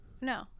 No